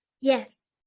Yes